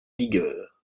vigueur